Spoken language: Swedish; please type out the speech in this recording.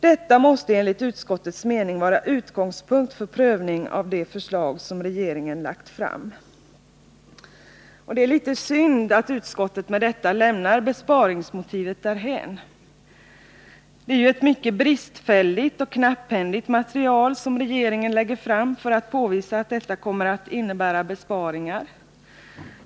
Detta måste enligt utskottets mening vara utgångspunkt för prövningen av det förslag som regeringen har lagt fram.” Det är litet synd att utskottet med detta lämnar besparingsmotivet därhän. Det är ett mycket bristfälligt och knapphändigt material som regeringen lägger fram för att påvisa att förslaget kommer att innebära besparingar.